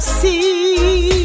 see